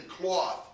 cloth